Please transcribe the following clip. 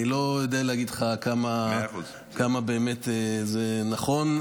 אני לא יודע להגיד לך כמה באמת זה נכון.